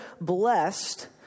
blessed